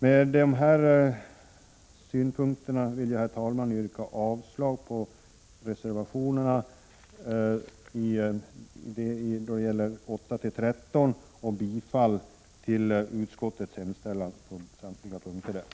Med hänvisning till dessa synpunkter yrkar jag avslag på reservationerna 813 och bifall till utskottets hemställan på samtliga punkter.